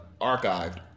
archived